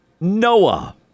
Noah